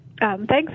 Thanks